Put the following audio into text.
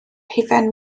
hufen